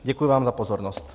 Děkuji vám za pozornost.